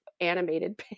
animated